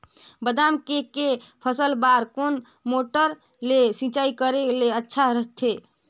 बादाम के के फसल बार कोन मोटर ले सिंचाई करे ले अच्छा रथे?